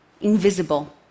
invisible